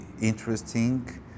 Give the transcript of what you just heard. interesting